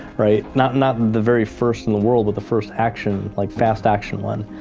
right? not not the very first in the world, but the first action, like, fast-action one.